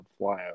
flyout